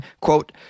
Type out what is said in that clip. quote